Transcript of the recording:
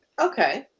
Okay